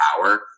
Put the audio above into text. power